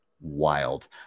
wild